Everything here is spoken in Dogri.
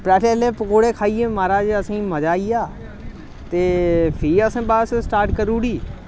ब्रैड्ड आह्ले पकौड़े खाइयै महाराज असें गी मजा आई गेआ ते फ्ही असें बस्स स्टार्ट करी ओड़ी